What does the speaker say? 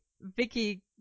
Vicky